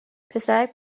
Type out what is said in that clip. پسرک